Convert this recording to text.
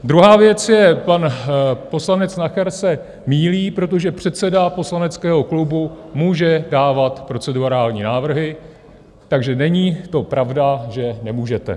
Druhá věc je pan poslanec Nacher se mýlí, protože předseda poslaneckého klubu může dávat procedurální návrhy, takže není to pravda, že nemůžete.